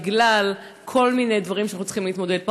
בגלל כל מיני דברים שאנחנו צריכים להתמודד אתם.